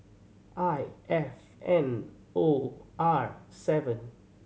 I F N O R seven